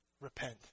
repent